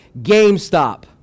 GameStop